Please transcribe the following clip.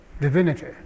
divinity